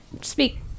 speak